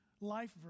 life